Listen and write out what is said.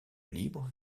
libre